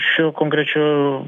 šiuo konkrečiu